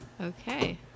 Okay